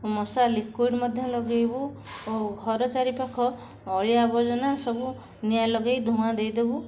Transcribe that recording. ମଶା ଲିକ୍ୱିଡ଼୍ ମଧ୍ୟ ଲଗାଇବୁ ଓ ଘର ଚାରିପାଖ ଅଳିଆ ଆବର୍ଜନା ସବୁ ନିଆଁ ଲଗାଇ ଧୂଆଁ ଦେଇ ଦେବୁ